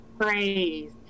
praise